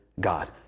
God